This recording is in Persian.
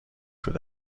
بوده